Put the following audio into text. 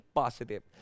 positive